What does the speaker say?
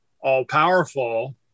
all-powerful